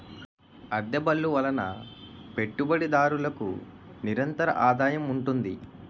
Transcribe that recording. అద్దె బళ్ళు వలన పెట్టుబడిదారులకు నిరంతరాదాయం ఉంటుంది